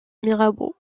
mirabeau